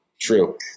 true